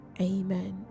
amen